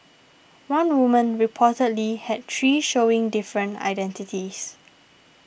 one woman reportedly had three showing different identities